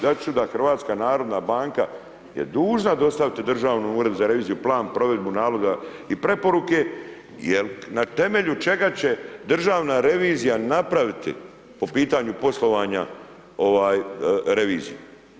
Dat ću da HNB je dužna dostaviti Državnom uredu za reviziju, plan provedbu naloga i preporuke jel na temelju čega će državna revizija napraviti po pitanju poslovanja, reviziju?